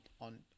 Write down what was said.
on